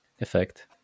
effect